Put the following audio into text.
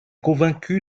convaincu